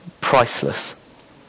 Priceless